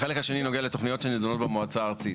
החלק השני נוגע לתוכניות שנידונות במועצה הארצית.